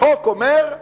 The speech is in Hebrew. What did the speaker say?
החוק אומר: